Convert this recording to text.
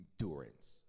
endurance